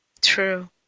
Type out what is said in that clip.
True